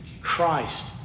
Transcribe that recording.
Christ